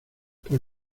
por